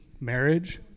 marriage